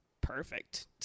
perfect